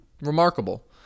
Remarkable